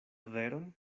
veron